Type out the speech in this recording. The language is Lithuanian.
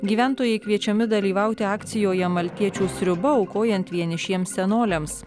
gyventojai kviečiami dalyvauti akcijoje maltiečių sriuba aukojant vienišiems senoliams